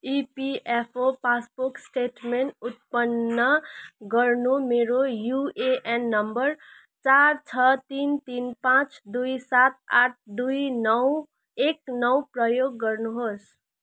EPFO passbook statement उत्पन्न गर्नु मेरो युएएन नम्बर चार छ तिन तिन पाँच दुई सात आठ दुई नौ एक नौ प्रयोग गर्नुहोस्